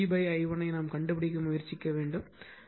எனவே v i1 கண்டுபிடிக்க முயற்சிக்கவும்